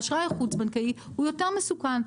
אשראי חוץ בנקאי יותר מסוכן.